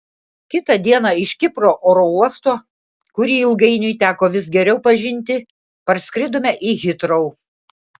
kitą dieną iš kipro oro uosto kurį ilgainiui teko vis geriau pažinti parskridome į hitrou